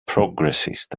progressist